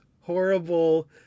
horrible